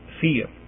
fear